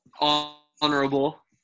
honorable